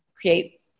create